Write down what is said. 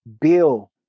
Bill